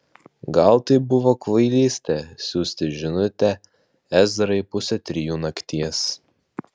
gal tai buvo kvailystė siųsti žinutę ezrai pusę trijų nakties